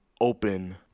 open